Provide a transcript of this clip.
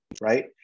right